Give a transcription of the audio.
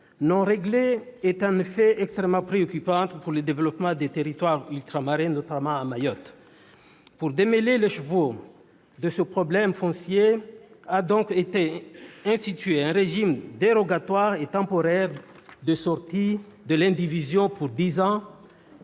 non réglées est en effet extrêmement préoccupante pour le développement des territoires ultramarins, notamment de Mayotte. Pour démêler l'écheveau de cet imbroglio foncier a donc été institué un régime dérogatoire et temporaire selon lequel, durant dix ans,